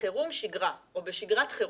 בחירום-שגרה או בשגרת חירום,